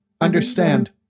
Understand